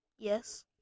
Yes